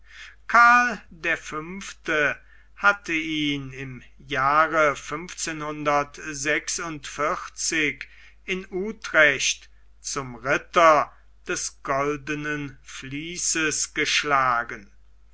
karl der fünfte hatte ihn im jahre in utrecht zum ritter des goldenen vließes geschlagen